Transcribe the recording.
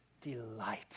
delight